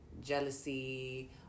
Jealousy